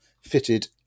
fitted